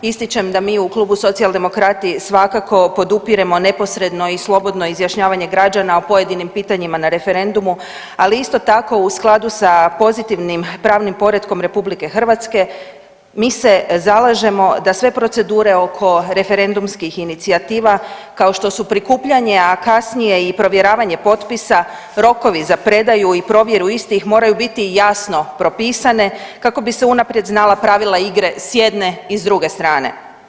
Ističem da mi u Klubu Socijaldemokrata svakako podupiremo neposredno i slobodno izjašnjavanje građana o pojedinim pitanjima na referendumu, ali isto tako sa pozitivnim pravnim poretkom RH mi se zalažemo da sve procedure oko referendumskih inicijativa kao što su prikupljanje, a kasnije i provjeravanje potpisa, rokovi za predaju i provjeru istih moraju biti jasno propisane kako bi se unaprijed znala pravila igre s jedne i s druge strane.